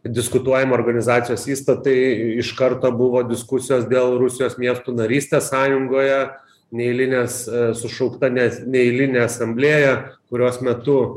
diskutuojam organizacijos įstatai iš karto buvo diskusijos dėl rusijos miestų narystės sąjungoje neeilinės sušaukta nes neeilinė asamblėja kurios metu